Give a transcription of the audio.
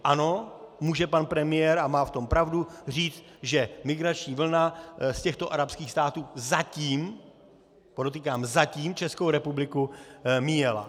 Ano, může pan premiér, a má v tom pravdu, říct, že migrační vlna z těchto arabských států zatím, podotýkám zatím, Českou republiku míjela.